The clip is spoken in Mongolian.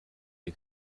хүн